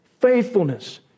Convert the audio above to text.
faithfulness